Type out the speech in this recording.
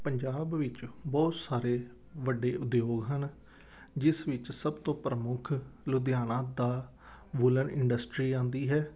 ਪੰਜਾਬ ਵਿੱਚ ਬਹੁਤ ਸਾਰੇ ਵੱਡੇ ਉਦਯੋਗ ਹਨ ਜਿਸ ਵਿੱਚ ਸਭ ਤੋਂ ਪ੍ਰਮੁੱਖ ਲੁਧਿਆਣਾ ਦਾ ਵੂਲਨ ਇੰਡਸਟਰੀ ਆਉਂਦੀ ਹੈ